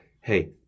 hey